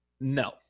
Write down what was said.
No